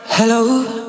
Hello